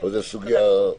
זו סוגיה אחרת.